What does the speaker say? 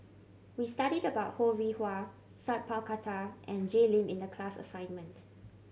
we studied about Ho Rih Hwa Sat Pal Khattar and Jay Lim in the class assignment